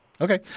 Okay